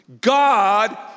God